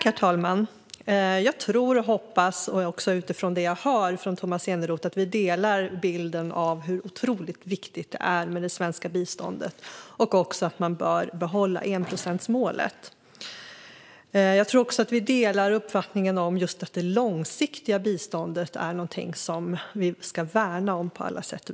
Herr talman! Utifrån det jag har hört Tomas Eneroth säga tror jag att vi delar bilden av hur otroligt viktigt det är med det svenska biståndet och att enprocentsmålet bör behållas. Jag tror också att vi delar uppfattning om att det långsiktiga biståndet ska värnas.